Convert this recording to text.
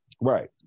Right